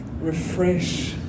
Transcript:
refresh